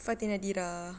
fatin nadirah